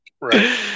right